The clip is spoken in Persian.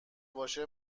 باشه